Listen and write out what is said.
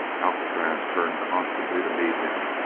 alcatraz turned constantly to meet him,